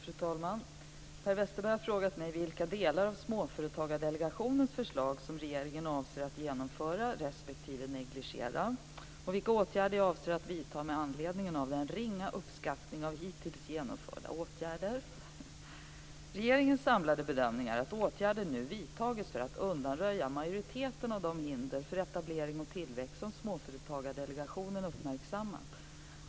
Fru talman! Per Westerberg har frågat mig vilka delar av Småföretagsdelegationens förslag som regeringen avser att genomföra respektive negligera och vilka åtgärder jag avser att vidta med anledning av den ringa uppskattningen av hittills genomförda åtgärder. Regeringens samlade bedömning är att åtgärder nu vidtagits för att undanröja majoriteten av de hinder för etablering och tillväxt som Småföretagsdelegationen uppmärksammat.